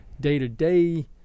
day-to-day